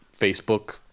Facebook